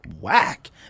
whack